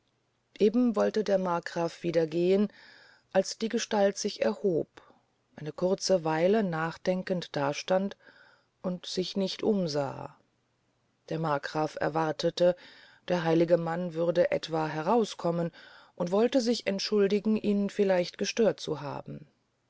eben wolte der markgraf wieder gehn als die gestalt sich erhob eine kurze weile nachdenkend da stand und sich nicht umsah der markgraf erwartete der heilige mann würde etwa herauskommen und wolte sich entschuldigen ihn vielleicht gestört zu haben